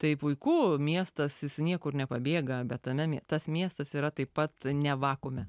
tai puiku miestas jis niekur nepabėga bet tas miestas yra taip pat ne vakuume